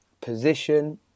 position